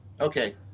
Okay